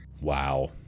Wow